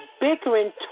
bickering